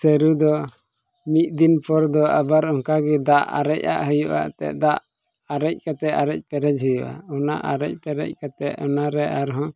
ᱥᱟᱹᱨᱩ ᱫᱚ ᱢᱤᱫ ᱫᱤᱱ ᱯᱚᱨ ᱫᱚ ᱟᱵᱟᱨ ᱚᱱᱠᱟᱜᱮ ᱫᱟᱜ ᱟᱨᱮᱡ ᱟᱜ ᱦᱩᱭᱩᱜᱼᱟ ᱮᱱᱛᱮᱜ ᱫᱟᱜ ᱟᱨᱮᱪ ᱠᱟᱛᱮᱫ ᱟᱨᱮᱪ ᱯᱮᱨᱮᱡᱽ ᱦᱩᱭᱩᱜᱼᱟ ᱚᱱᱟ ᱟᱨᱮᱪ ᱯᱮᱨᱮᱡ ᱠᱟᱛᱮᱫ ᱚᱱᱟᱨᱮ ᱟᱨᱦᱚᱸ